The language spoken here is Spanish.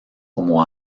como